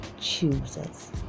chooses